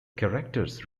characters